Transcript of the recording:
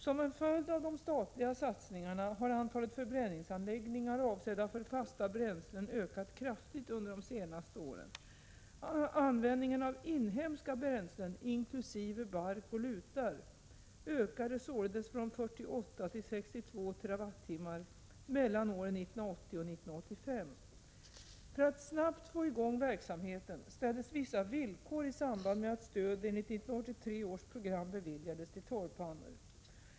Som en följd av de statliga satsningarna har antalet förbränningsanläggningar avsedda för fasta bränslen ökat kraftigt under de senaste åren. Användningen av inhemska bränslen, inkl. bark och lutar, ökade således från 48 till 62 TWh mellan åren 1980 och 1985. För att snabbt få i gång verksamheten ställdes vissa villkor i samband med att stöd enligt 1983 års program beviljades till torvpannor.